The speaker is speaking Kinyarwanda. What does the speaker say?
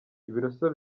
ibiroso